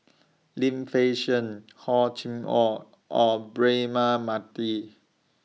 Lim Fei Shen Hor Chim Or and Braema Mathi